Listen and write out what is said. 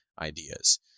ideas